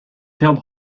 tailed